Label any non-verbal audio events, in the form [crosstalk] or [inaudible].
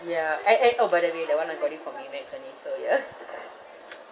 ya eh eh orh by the way that [one] I got it from Amex only so ya [laughs]